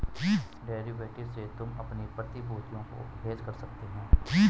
derivative से तुम अपनी प्रतिभूतियों को हेज कर सकते हो